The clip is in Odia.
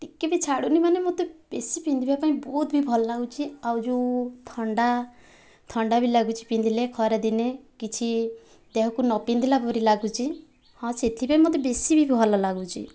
ଟିକିଏ ବି ଛାଡ଼ୁନି ମାନେ ମୋତେ ବେଶୀ ପିନ୍ଧିବା ପାଇଁ ବହୁତ ବି ଭଲ ଲାଗୁଛି ଆଉ ଯେଉଁ ଥଣ୍ଡା ଥଣ୍ଡା ବି ଲାଗୁଛି ପିନ୍ଧିଲେ ଖରାଦିନେ କିଛି ଦେହକୁ ନ ପିନ୍ଧିଲା ପରି ଲାଗୁଛି ହଁ ସେଥିପାଇଁ ମୋତେ ବେଶୀ ବି ଭଲ ଲାଗୁଛି